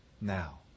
now